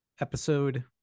episode